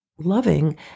loving